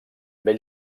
vell